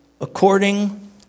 according